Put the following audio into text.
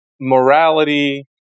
morality